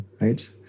right